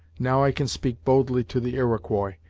now i can speak boldly to the iroquois,